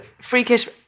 freakish